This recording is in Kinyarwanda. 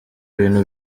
ibintu